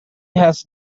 has